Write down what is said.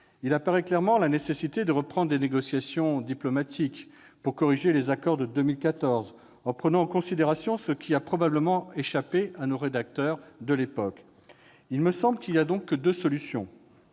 apparaît clairement de reprendre les négociations par la voie diplomatique pour corriger les accords de 2014, en prenant en considération ce qui a probablement échappé aux rédacteurs de l'époque. Il me semble qu'il n'y a que deux solutions.